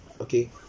okay